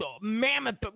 mammoth